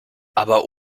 aber